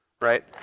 right